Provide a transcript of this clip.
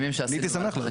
מלא.